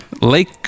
Lake